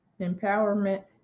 Empowerment